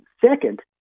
Second